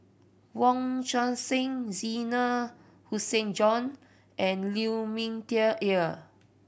Wong Tuang Seng Zena Tessensohn and Lu Ming Teh Earl